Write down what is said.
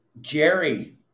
Jerry